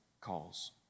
calls